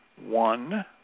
one